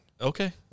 Okay